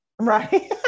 right